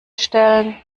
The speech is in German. stellen